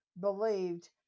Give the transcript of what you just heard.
believed